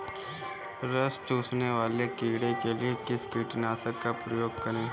रस चूसने वाले कीड़े के लिए किस कीटनाशक का प्रयोग करें?